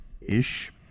ish